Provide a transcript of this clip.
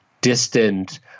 distant